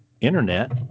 internet